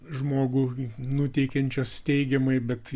žmogų nuteikiančios teigiamai bet